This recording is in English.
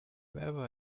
wherever